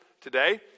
today